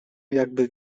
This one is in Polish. jakby